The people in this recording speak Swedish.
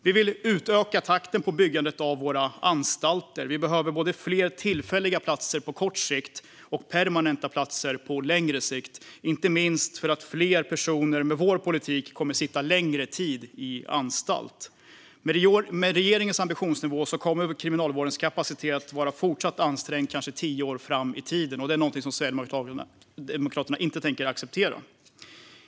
Vi vill utöka takten på byggandet av våra anstalter. Vi behöver både fler tillfälliga platser på kort sikt och permanenta platser på längre sikt, inte minst för att fler personer med vår politik kommer att sitta längre tid på anstalt. Med regeringens ambitionsnivå kommer Kriminalvårdens kapacitet att vara fortsatt ansträngd kanske tio år fram i tiden. Det är någonting som Sverigedemokraterna inte tänker acceptera.